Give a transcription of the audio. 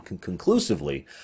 conclusively